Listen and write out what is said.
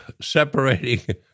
separating